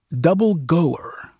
double-goer